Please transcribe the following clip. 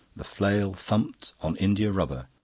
the flail thumped on india-rubber,